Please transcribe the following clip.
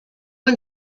and